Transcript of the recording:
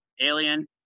alien